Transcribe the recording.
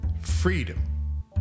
freedom